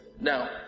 Now